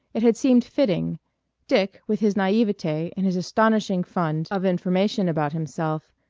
it had seemed fitting dick, with his naivete and his astonishing fund of information about himself,